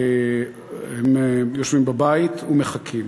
הם יושבים בבית ומחכים.